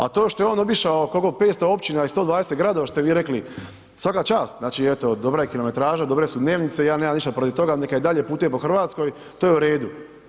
A to što je on obišao kolko, 500 općina i 120 gradova što ste vi rekli, svaka čast, znači eto dobra je kilometraža, dobre su dnevnice, ja nemam ništa protiv toga neka i dalje putuje po Hrvatskoj, to je u redu.